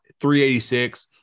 386